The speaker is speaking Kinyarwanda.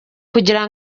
kugira